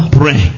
pray